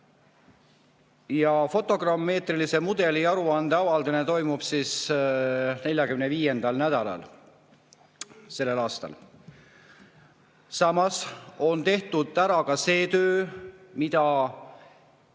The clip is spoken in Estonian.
Fotogrammeetrilise mudeli aruande avaldamine toimub 45. nädalal sellel aastal. Samas on tehtud ära ka see töö, mida